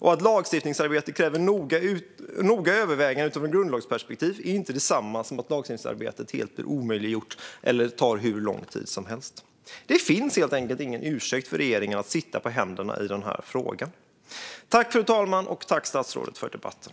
Att lagstiftningsarbete kräver noggranna överväganden utifrån ett grundlagsperspektiv är inte detsamma som att lagstiftningsarbete helt omöjliggörs eller tar hur lång tid som helst. Det finns helt enkelt ingen ursäkt för regeringen att sitta på händerna i denna fråga. Tack, statsrådet, för debatten!